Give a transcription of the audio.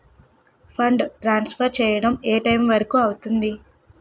Fund transfer చేయడం ఏ time వరుకు అవుతుంది?